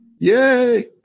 Yay